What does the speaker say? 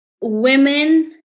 Women